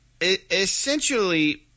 essentially